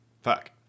Fuck